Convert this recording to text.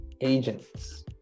agents